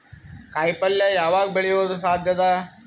ಕಾಯಿಪಲ್ಯ ಯಾವಗ್ ಬೆಳಿಯೋದು ಸಾಧ್ಯ ಅದ?